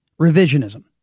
revisionism